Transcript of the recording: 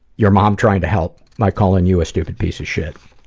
your mom trying to help, by calling you a stupid piece of shit.